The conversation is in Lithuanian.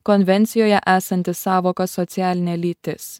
konvencijoje esanti sąvoka socialinė lytis